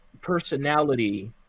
personality